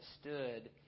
stood